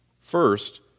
First